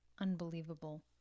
unbelievable